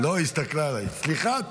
לא, היא הסתכלה עליי, סליחה.